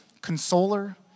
consoler